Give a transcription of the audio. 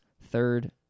third